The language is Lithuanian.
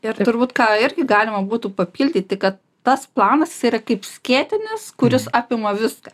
ir turbūt ką irgi galima būtų papildyti kad tas planas jisai yra kaip skėtinis kuris apima viską